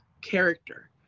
character